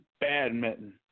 badminton